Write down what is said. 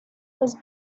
was